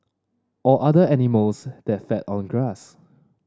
or other animals that feed on grass